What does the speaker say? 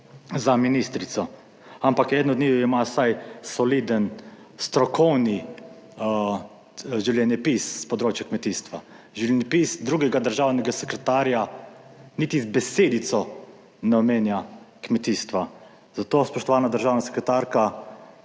za ministrico, ampak eden od njiju ima vsaj soliden strokovni življenjepis s področja kmetijstva. Življenjepis drugega državnega sekretarja niti z besedico ne omenja kmetijstva. Zato, spoštovana državna sekretarka,